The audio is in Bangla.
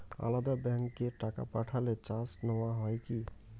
আলাদা ব্যাংকে টাকা পাঠালে চার্জ নেওয়া হয় কি?